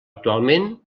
actualment